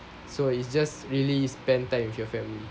so it's just really spend time with your family